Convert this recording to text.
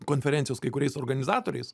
konferencijos kai kuriais organizatoriais